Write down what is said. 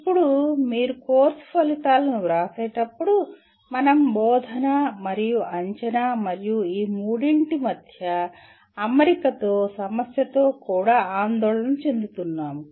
ఇప్పుడు మీరు కోర్సు ఫలితాలను వ్రాసేటప్పుడు మనం బోధన మరియు అంచనా మరియు ఈ మూడింటి మధ్య అమరిక సమస్యతో కూడా ఆందోళన చెందుతున్నాము